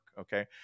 Okay